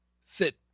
sit